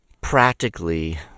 practically